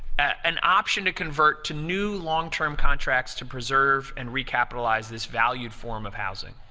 an option to convert to new long-term contracts to preserve and recapitalize this valued form of housing.